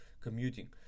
commuting